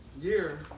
year